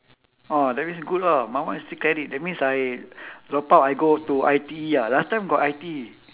oh that means good ah my one is three credit that means I drop out I go to I_T_E ah last time got I_T_E